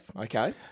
Okay